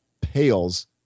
pales